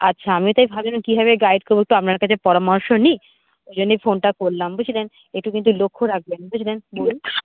আচ্ছা আমিও তাই ভাবছিলাম কীভাবে গাইড করবো একটু আপনার কাছে পরামর্শ নিই ওই জন্যেই ফোনটা করলাম বুঝলেন একটু কিন্তু লক্ষ্য রাখবেন বুঝলেন